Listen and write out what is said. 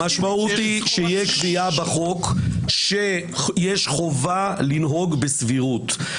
המשמעות היא שיש קביעה בחוק שיש חובה לנהוג בסבירות.